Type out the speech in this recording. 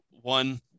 one